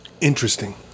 Interesting